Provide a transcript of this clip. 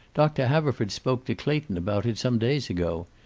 doctor haverford spoke to clayton about it some days ago.